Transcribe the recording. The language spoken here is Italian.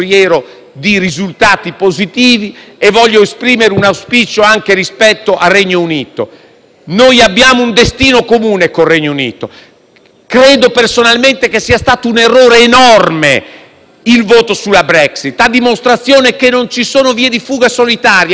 noi abbiamo un destino comune con il Regno Unito; credo personalmente che sia stato un errore enorme il voto sulla Brexit, a dimostrazione che non ci sono vie di fuga solitarie, e questo lo dico a tutti i sovranisti. Noi dovremmo sì essere sovranisti, ma essere sovranisti europei.